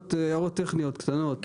הערות טכניות קטנות.